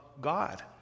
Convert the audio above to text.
God